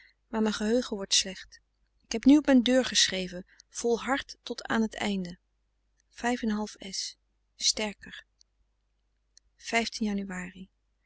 maar mijn geheugen wordt slecht ik heb nu op mijn deur geschreven volhard tot aan het einde